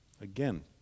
Again